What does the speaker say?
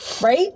Right